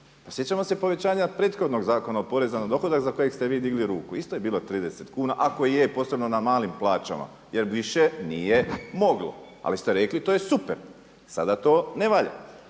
sjećamo se povećanja prethodnog Zakona o porezu na dohodak za kojeg ste vi digli ruku. Isto je bilo 30 kuna ako i je posebno na malim plaćama jer više nije moglo, ali ste rekli to je super, sada to ne valja.